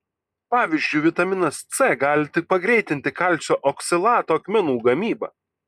pavyzdžiui vitaminas c gali tik pagreitinti kalcio oksalato akmenų gamybą